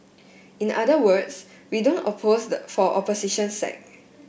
in the other words we don't oppose the for opposition's sake